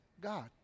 God